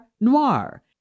noir